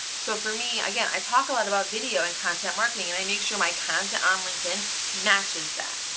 so for me, again, i talk a lot about video and content marketing, and i make sure my content on linkedin matches that.